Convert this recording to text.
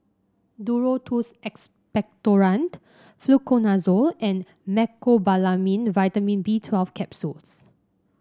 Duro Tuss Expectorant Fluconazole and Mecobalamin Vitamin B Twelve Capsules